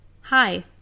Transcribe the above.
Hi